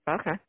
Okay